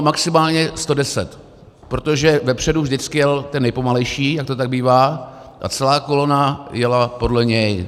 Maximálně sto deset, protože vepředu vždycky jel ten nejpomalejší, jak to tak bývá, a celá kolona jela podle něj.